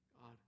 God